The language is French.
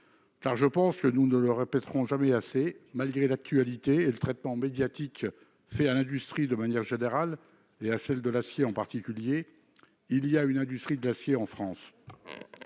pas d'aujourd'hui. Nous ne le répéterons jamais assez : malgré l'actualité et le traitement médiatique réservé à l'industrie de manière générale et à celle de l'acier en particulier, il y a une industrie de l'acier en France